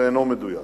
זה אינו מדויק.